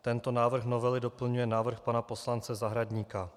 Tento návrh novely doplňuje návrh pana poslance Zahradníka.